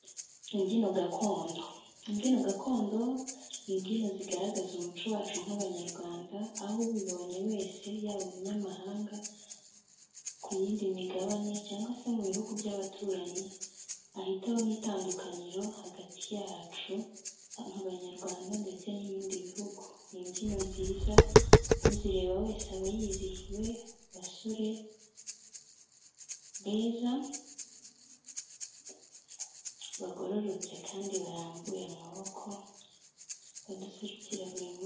Imbyino gakondo ,imbyino gakondo ni imbyino zigaragaza umuco wacu nk'Abanyarwanda aho ubibonye wese yaba umunyamahanga, ku yindi migabane cyangwa se mu bihugu by'abaturanyi ahitaho itandukaniro hagati yacu nk'Abanyarwanda ndetse n'ibindi bihugu ni imbyino nziza uzireba wese aba yizihiwe basore beza, bagororotse kandi barambuye amaboko baduserukira buri munsi.